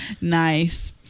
Nice